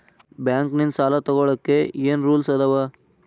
Bank ನಿಂದ್ ಸಾಲ ತೊಗೋಳಕ್ಕೆ ಏನ್ ರೂಲ್ಸ್ ಅದಾವ?